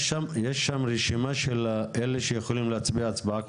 שם רשימה של אלה שיכולים להצביע הצבעה כפולה?